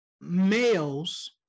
males